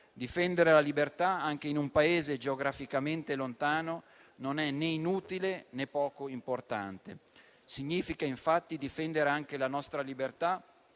Difendere la libertà, anche in un Paese geograficamente lontano, non è né inutile, né poco importante. Significa, infatti, difendere anche la nostra libertà.